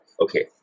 Okay